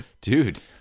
dude